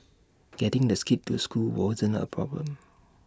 getting the skids to school wasn't A problem